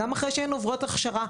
גם אחרי שהן עוברות הכשרה,